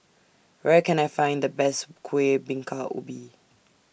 Where Can I Find The Best Kueh Bingka Ubi